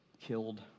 killed